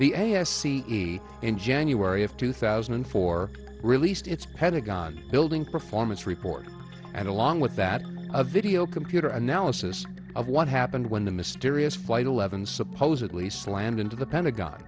e in january of two thousand and four released its pentagon building performance report and along with that a video computer analysis of what happened when the mysterious flight eleven supposedly slammed into the pentagon